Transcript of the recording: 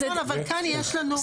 זה נכון, אבל כאן יש לנו מצב לא רגיל.